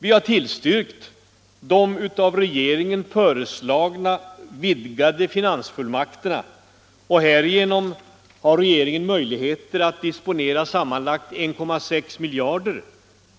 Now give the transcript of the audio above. Vi har tillstyrkt de av regeringen föreslagna vidgade finansfullmakterna, och härigenom har regeringen möjligheter att disponera sammanlagt 1,6 miljarder